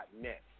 .net